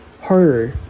harder